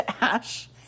Ash